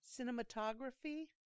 cinematography